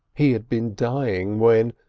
he had been dying, when,